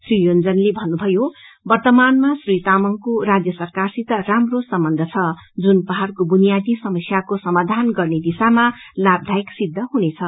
श्री योंजनले भन्नुभ्जयो वर्तमानामा श्री तामंगले राज्य सराकारसित राम्रो सम्बन्ध छ जुन पहाड़को बुनियादी समस्याको सामाधान गर्ने दिशामा लाभदायक हुनेछ